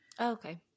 Okay